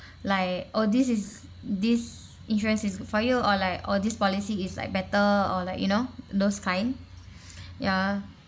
like oh this is this insurance is for you or like or this policy is like better or like you know those kind ya